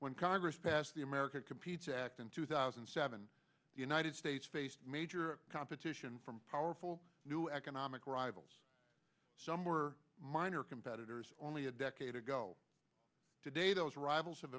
when congress passed the america competes act in two thousand and seven the united states faced major competition from powerful new economic rivals some were minor competitors only a decade ago today those rivals